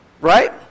Right